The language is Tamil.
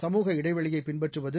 சமூக இடைவெளியை பின்பற்றுவது